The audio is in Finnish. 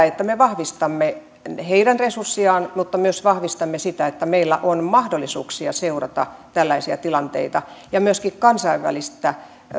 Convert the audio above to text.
että me vahvistamme heidän resurssiaan mutta myös vahvistamme sitä että meillä on mahdollisuuksia seurata tällaisia tilanteita ja myöskin kansainvälistä